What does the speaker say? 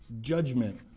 judgment